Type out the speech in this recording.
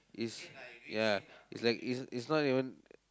is ya it's like it's it's not even